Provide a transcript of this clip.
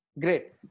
Great